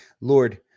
Lord